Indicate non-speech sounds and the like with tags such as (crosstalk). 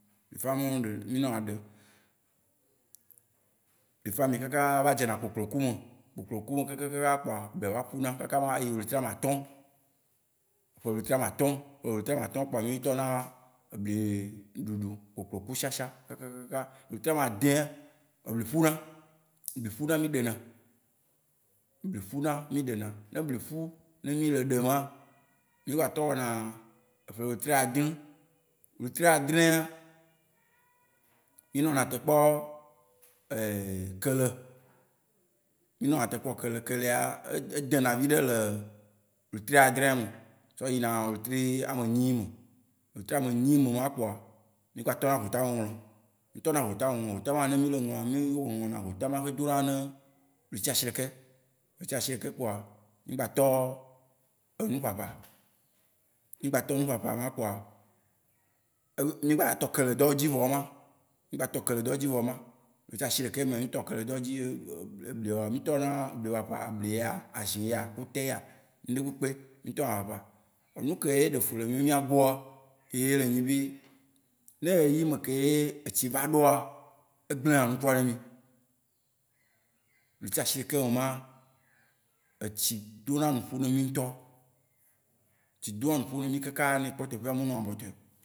eƒame ɖe mí nɔ aɖe, eƒame kaka eva dze na koklo ku me. Kpokplo ku me kaka kaka kaka kpoa be va ƒuna kaka ava ayi ɣleti ame atɔ. Ƒe ɣleti ame atɔ. Ƒe ɣleti ame atɔ kpoa, mí tɔna ebli ɖuɖu, kpokplo ku shia shia, kaka kaka ɣleti ame adea, ebli ƒu na. Ebli ƒu na mí ɖe na. Ebli ƒu na mí ɖe na. Ne ebli ƒu ne mí le eɖe ma, mí gba trɔ wɔna eƒe ɣleti adre. Ɣleti adrea, mí nɔna te kpɔ (hesitation) kele. Mí nɔna te kpɔ kele. Kelea edē na viɖe le ɣleti adrea me tsɔ yina ɣleti ame enyi me. Ɣleti ame enyi me wóan kpoa, mí gba tɔna hota ŋlɔŋɔ̃. Mí tɔ na hota ŋlɔŋɔ̃. Hota ma, ne mí le eŋlɔa, mí ŋlɔ na hota ma xe dona ne ɣleti ashi ɖekɛ Ɣleti ashi ɖekɛ kpoa, mí gba tɔ enu ƒaƒa. Mí gba tɔ enu ƒaƒa ema kpoa, (hesitation) mí gba tɔ kele dɔwo dzi vɔ yema. Mí gba tɔ kele dɔ dzi vɔ ema. Ɣleti ashi ɖekɛ mea, mí tɔ kele dɔ dzi, ebliaowa, mí tɔ na bli ƒaƒa. Ebli yea, azĩ yea, akute yea? Nuɖe kpekpe, mí tɔ na ƒaƒa. Nu keye ɖe efu le míawo mía gbɔa, ye le nyi be ne ɣeyiɣi yime keye etsi va ɖɔa, egble na nukua ne mí. Ɣleti ashi ɖekɛ me ma, etsi dona nuƒo ne mí ŋutɔ. Etsi dona nuƒo ne mí kaka ne ekpɔ teƒea, me nɔ bɔtɔɛ we.